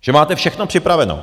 Že máte všechno připraveno.